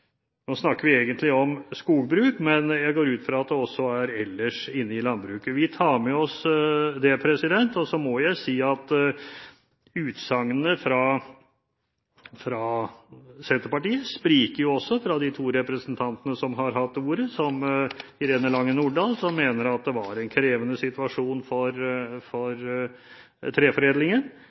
Nå snakker vi egentlig om skogbruk, men jeg går ut fra at det også gjelder ellers i landbruket. Vi tar med oss det. Og så må jeg si at utsagnene til de to representantene fra Senterpartiet som har hatt ordet, spriker – Irene Lange Nordahl som mener det var en krevende situasjon for treforedlingen, og Per Olaf Lundteigen som for